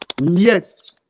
Yes